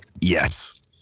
yes